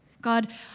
God